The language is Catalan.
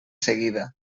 seguida